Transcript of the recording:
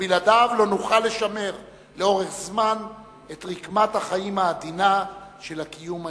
שבלעדיו לא נוכל לשמר לאורך זמן את רקמת החיים העדינה של הקיום הישראלי.